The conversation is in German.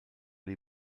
die